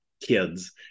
kids